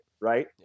Right